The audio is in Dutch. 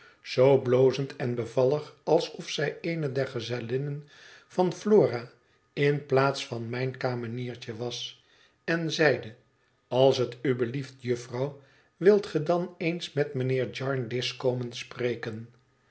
zoo blozend en bevallig alsof zij eene der gezellinnen van flora in plaats van mijn kameniertje was en zeide als het u belieft jufvrouw wilt ge dan eens met mijnheer jarndyce komen spreken